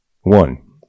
one